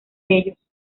ellos